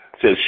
says